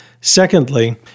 Secondly